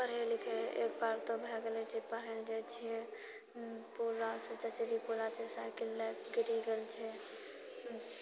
पढ़ै लिखै एक बार तऽ भए गेलो छै पढ़ै लए जाइ छियै पूलासँ चचरी पूला छै साइकिल लएके गिरी गेल छियै